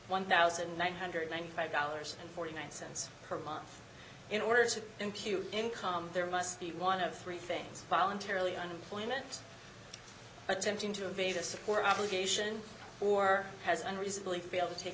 one thousand nine hundred and ninety five dollars forty nine cents per month in order to impute income there must be one of three things voluntarily unemployment attempting to evade a support obligation or has unreasonably fail to take